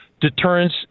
Deterrence